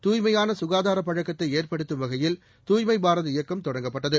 தூய்மையான கோதார பழக்கத்தை ஏற்படுத்தும் வகையில் தூய்மை பாரதம் இயக்கம் தொடங்கப்பட்டது